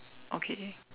okay